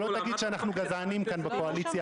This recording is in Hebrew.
אתם רוצים בקעת הירדן?